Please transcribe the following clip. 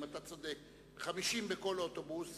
אתה צודק, 50 בכל אוטובוס.